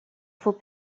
faut